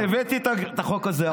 הינה, הבאתי את החוק הזה.